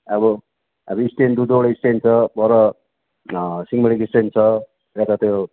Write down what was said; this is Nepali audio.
अब अब स्ट्यान्ड दुई दुईवटा स्ट्यान्ड छ पर सिंहमारीको स्ट्यान्ड छ यता त्यो